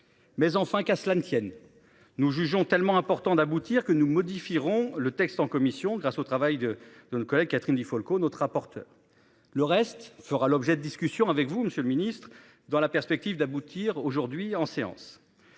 Mais enfin, qu'à cela ne tienne, nous jugeons tellement important d'aboutir que nous modifierons le texte en commission grâce au travail de de nos collègue Catherine Di Folco notre rapporteur. Le reste, fera l'objet de discussions avec vous Monsieur le Ministre, dans la perspective d'aboutir aujourd'hui en séance.